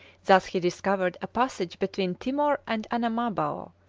thus he discovered a passage between timor and anamabao,